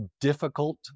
difficult